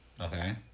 Okay